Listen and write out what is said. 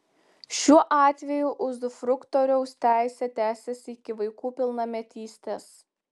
šiuo atveju uzufruktoriaus teisė tęsiasi iki vaikų pilnametystės